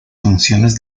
funciones